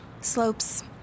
Slopes